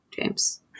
James